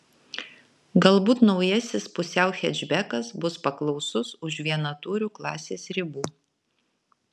galbūt naujasis pusiau hečbekas bus paklausus už vienatūrių klasės ribų